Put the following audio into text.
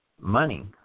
money